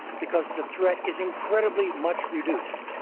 because the threat is incredibly much reduced.